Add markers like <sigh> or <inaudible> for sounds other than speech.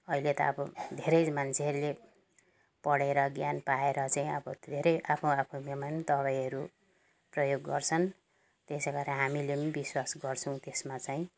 अहिले त अब धेरै मान्छेहरूले पढेर ज्ञान पाएर चाहिँ अब धेरै आफू आफू <unintelligible> दबाईहरू प्रयोग गर्छन् त्यसै गरी हामीले पनि विश्वास गर्छौँ त्यसमा चाहिँ